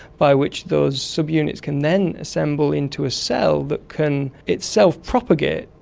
by which those subunits can then assemble into a cell that can itself propagate,